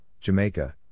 Jamaica